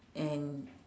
and